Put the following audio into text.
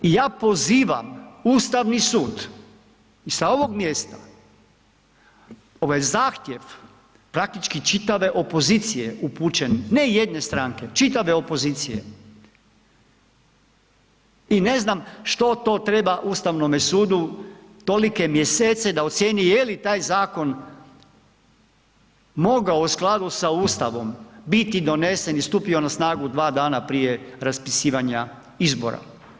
I ja pozivam Ustavni sud sa ovog mjesta, ovaj zahtjev praktički čitave opozicije upućen, ne jedne stranke, čitave opozicije, i ne znam što to treba Ustavnome sudu tolike mjesece da ocijeni jeli taj zakon mogao u skladu sa Ustavom biti donesen i stupio na snagu dva dana prije raspisivanja izbora.